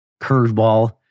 curveball